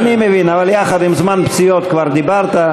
אני מבין, אבל יחד עם זמן פציעות כבר דיברת.